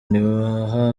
ntibaha